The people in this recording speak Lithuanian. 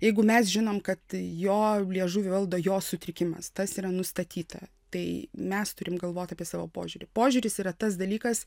jeigu mes žinom kad jo liežuvį valdo jo sutrikimas tas yra nustatyta tai mes turim galvot apie savo požiūrį požiūris yra tas dalykas